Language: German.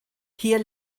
hier